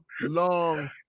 long